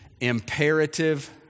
imperative